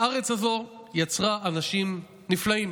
הארץ הזו יצרה אנשים נפלאים,